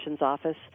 office